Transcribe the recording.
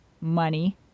money